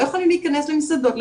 למסעדות,